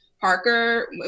Parker